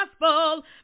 gospel